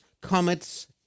comets